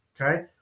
okay